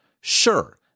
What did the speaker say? Sure